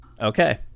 Okay